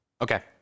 Okay